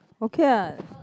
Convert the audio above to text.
okay what